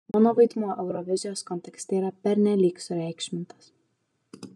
mano vaidmuo eurovizijos kontekste yra pernelyg sureikšmintas